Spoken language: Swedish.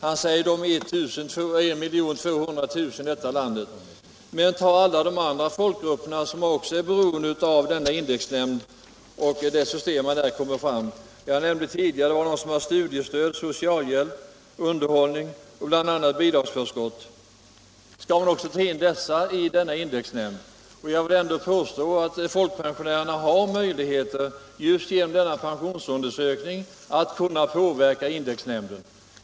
Han säger att de är I 200 000 i detta land. Men ta alla de andra folkgrupperna, som också är beroende av denna indexnämnd och det system den kommer fram till! Jag nämnde tidigare de som har studiestöd, socialhjälp, underhåll och bidragsförskott bl.a. Skall man också ta in representanter för dessa grupper i indexnämnden? Jag vill ändå påstå att folkpensionärerna har möjligheter just genom denna pensionsundersökning att påverka indexnämnden.